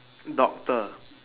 doctor